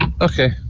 Okay